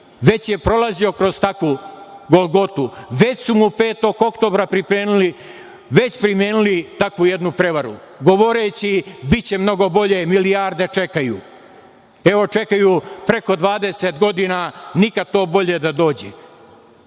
već je prolazio kroz takvu golgotu, već su mu 5. oktobra primenili takvu jednu prevaru, govoreći biće mnogo bolje, milijarde čekaju. Evo, čekaju preko 20 godina, nikad to bolje da dođe. Na